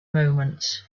moments